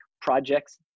projects